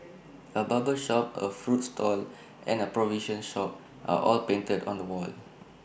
A barber shop A fruit stall and A provision shop are all painted on the wall